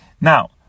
Now